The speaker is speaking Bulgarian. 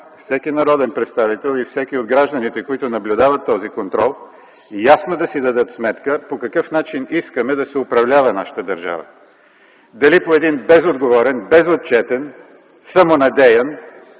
всеки народен представител и всеки от гражданите, които наблюдават този контрол, ясно да си дадат сметка по какъв начин искаме да се управлява нашата държава – дали по един безотговорен, безотчетен, самонадеян